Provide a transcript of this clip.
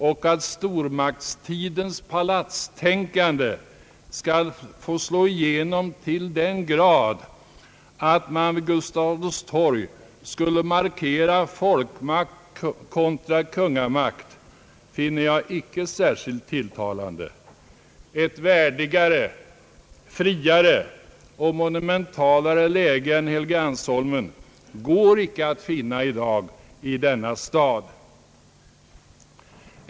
Och att stormaktstidens palatstänkande skall få slå igenom till den grad, att man vid Gustav Adolfs torg skulle markera folkmakt kontra kungamakt, finner jag icke särskilt tilltalande. Ett värdigare, friare och monumentalare läge än Helgeandsholmen går i dag inte att finna i denna stad.